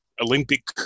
Olympic